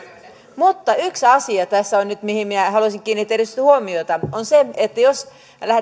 mutta yksi asia tässä on mihin minä haluaisin nyt kiinnittää erityisesti huomiota ja se on se että jos